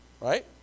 Right